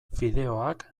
fideoak